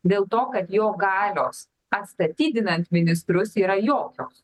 dėl to kad jo galios atstatydinant ministrus yra jokios